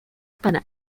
para